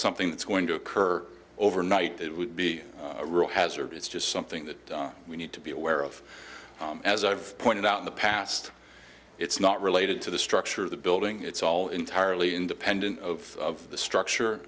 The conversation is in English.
something that's going to occur overnight that would be a real hazard it's just something that we need to be aware of as i've pointed out in the past it's not related to the structure of the building it's all entirely independent of the structure